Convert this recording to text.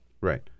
Right